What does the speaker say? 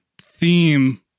theme